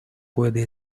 puede